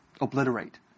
obliterate